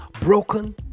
broken